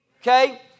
Okay